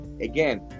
Again